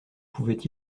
pouvait